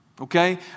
Okay